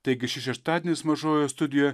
taigi šis šeštadienis mažojoje studijoje